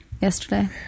yesterday